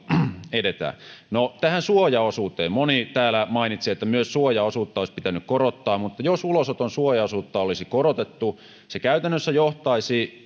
edetään no tähän suojaosuuteen moni täällä mainitsi että myös suojaosuutta olisi pitänyt korottaa mutta jos ulosoton suojaosuutta olisi korotettu se käytännössä johtaisi